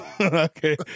Okay